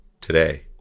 today